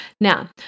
Now